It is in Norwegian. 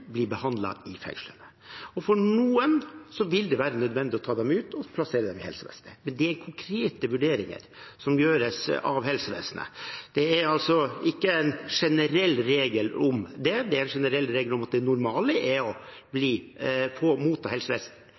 bli behandlet i fengslene. Noen vil det være nødvendig å ta ut og plassere i helsevesenet. Men dette er konkrete vurderinger som gjøres av helsevesenet. Det er altså ikke en generell regel om det, det er en generell regel om at det normale er å motta helsehjelp i fengslet. Vi må huske på